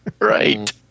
Right